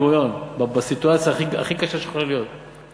גוריון בסיטואציה הכי קשה שיכולה להיות.